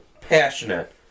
passionate